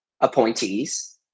appointees